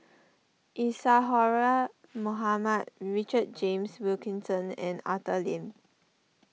Isadhora Mohamed Richard James Wilkinson and Arthur Lim